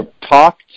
talk